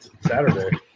Saturday